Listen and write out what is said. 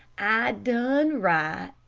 i done right.